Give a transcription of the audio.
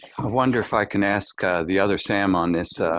i wonder if i can ask the other sam on this